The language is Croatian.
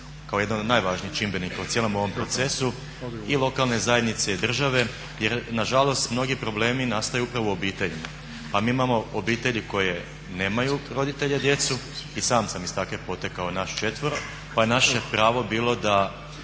kao jedan od najvažnijih čimbenika u cijelom ovom procesu i lokalne zajednice i države jer nažalost mnogi problemi nastaju upravo u obiteljima. Pa mi imamo obitelji koje nemaju roditelje djeca, i sam sam iz takve potekao nas 4, pa je naše pravo bilo da